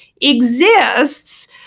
exists